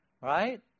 Right